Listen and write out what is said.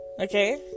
Okay